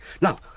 Now